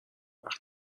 وقتی